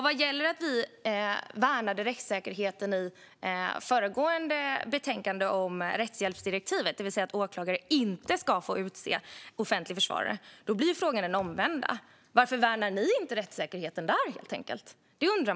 Vad gäller att vi värnade rättssäkerheten i frågan om rättshjälpsdirektivet i det föregående betänkandet, det vill säga att åklagare inte ska få utse offentlig försvarare, blir frågan den omvända. Varför värnar ni inte rättssäkerheten där?